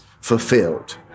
fulfilled